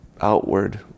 outward